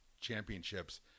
Championships